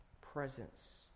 presence